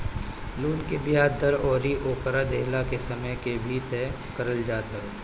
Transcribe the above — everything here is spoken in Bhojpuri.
लोन के बियाज दर अउरी ओकर देहला के समय के भी तय करल जात हवे